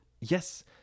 Yes